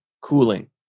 cooling